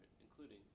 including